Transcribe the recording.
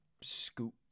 scoop